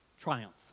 triumph